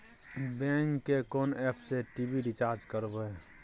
Bank के कोन app से टी.वी रिचार्ज करबे?